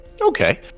Okay